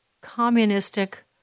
communistic